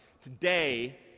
Today